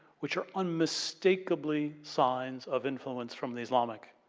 which are unmistakably signs of influence from the islamic